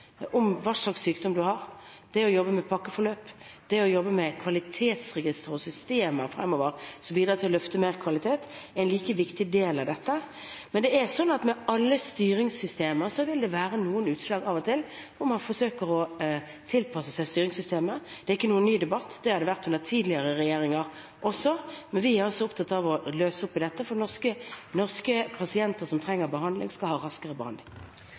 sykdom man har, det å jobbe med pakkeforløp, det å jobbe med kvalitetsregister og systemer fremover – som bidrar til å løfte kvaliteten – er en like viktig del av dette. Men med alle styringssystemer vil det av og til være noen utslag hvor man forsøker å tilpasse seg styringssystemet. Det er ikke noen ny debatt, slik har det vært under tidligere regjeringer også. Vi er opptatt av å løse opp i dette, for norske pasienter som trenger behandling, skal ha raskere behandling.